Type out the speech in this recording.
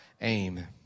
aim